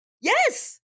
Yes